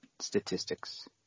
Statistics